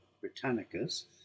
britannicus